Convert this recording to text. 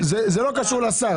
זה לא קשור לשר.